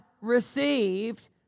received